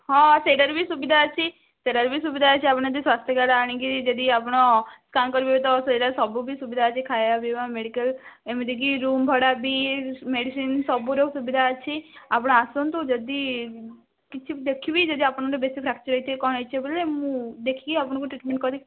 ହଁ ସେଇଟାର ବି ସୁବିଧା ଅଛି ସେଇଟାର ବି ସୁବିଧା ଅଛି ଆପଣ ଯଦି ସ୍ୱାସ୍ଥ୍ୟ କାର୍ଡ଼ ଆଣିକି ଯଦି ଆପଣ ସ୍କାନ୍ କରିବେବି ତ ସେଇଟା ସବୁ ସୁବିଧା ଅଛି ଖାଇବା ପିଇବା ମେଡ଼ିକାଲ୍ ଏମିତି କି ରୁମ୍ ଭଡ଼ା ବି ମେଡ଼ିସିନ୍ ସବୁର ସୁବିଧା ଅଛି ଆପଣ ଆସନ୍ତୁ ଯଦି କିଛି ଦେଖିବି ଯଦି ଆପଣଙ୍କର ବେଶି ଫ୍ରାକ୍ଚର୍ କ'ଣ ହେଇଥିବ ଆପଣଙ୍କୁ ମୁଁ ଦେଖିକି ଟ୍ରିଟମେଣ୍ଟ୍ କରିବି